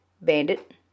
Bandit